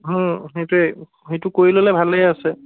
সেইটোৱে সেইটো কৰি ল'লে ভালে আছে